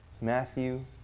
Matthew